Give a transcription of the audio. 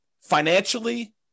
financially